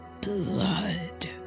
blood